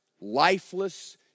lifeless